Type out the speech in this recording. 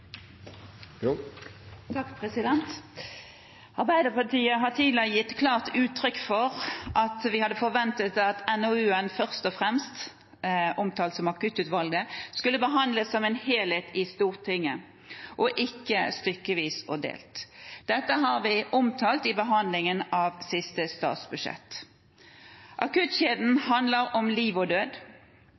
Arbeiderpartiet har tidligere gitt klart uttrykk for at vi hadde forventet at NOU-en – Først og fremst – fra Akuttutvalget skulle behandles som en helhet i Stortinget og ikke stykkevis og delt. Dette har vi omtalt i behandlingen av siste statsbudsjett. Akuttkjeden handler om liv og død,